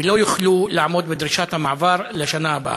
ולא יוכלו לעמוד בדרישת המעבר לשנה הבאה.